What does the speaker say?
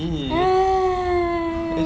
!hais!